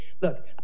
look